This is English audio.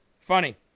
Funny